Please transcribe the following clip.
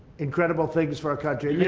incredible things for our country. yeah